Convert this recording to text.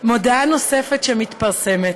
מודעה נוספת שמתפרסמת: